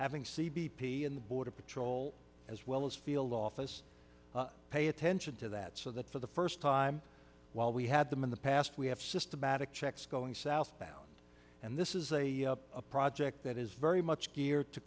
having c b p in the border patrol as well as field office pay attention to that so that for the first time while we had them in the past we have systematic checks going southbound and this is a project that is very much geared to